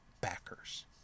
backers